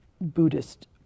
Buddhist